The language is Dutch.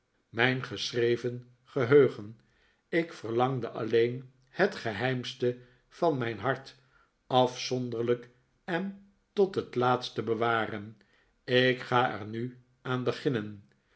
mijn gesehreven geheugen ik verlangde alleen het geheimste van mijn hart afzonderlijk en tot het laatst te bewaren ik ga er nu aan beginnen